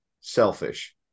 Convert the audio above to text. selfish